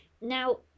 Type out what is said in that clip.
now